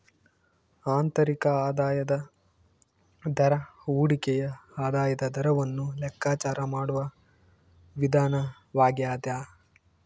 ಆಂತರಿಕ ಆದಾಯದ ದರ ಹೂಡಿಕೆಯ ಆದಾಯದ ದರವನ್ನು ಲೆಕ್ಕಾಚಾರ ಮಾಡುವ ವಿಧಾನವಾಗ್ಯದ